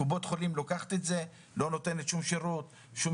קופת חולים לוקחת את זה לא נותנת שום שירות רפואי,